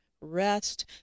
rest